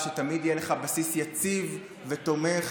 ושתמיד יהיה לך בסיס יציב ותומך.